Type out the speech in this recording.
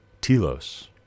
telos